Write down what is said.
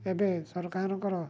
ଏବେ ସରକାରଙ୍କର